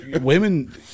women